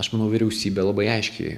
aš manau vyriausybė labai aiškiai